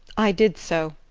i did so.